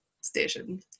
station